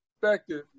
perspective